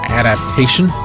adaptation